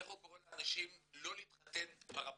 איך הוא קורא לאנשים לא להתחתן ברבנות.